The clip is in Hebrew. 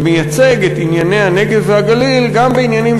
ומייצג את ענייני הנגב והגליל גם בעניינים